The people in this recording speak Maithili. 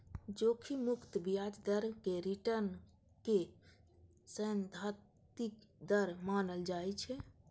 जोखिम मुक्त ब्याज दर कें रिटर्न के सैद्धांतिक दर मानल जाइ छै